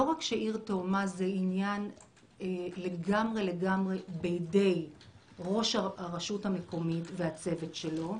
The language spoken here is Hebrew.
לא רק שעיר תאומה זה עניין לגמרי בידי ראש הרשות המקומית והצוות שלו,